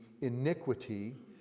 iniquity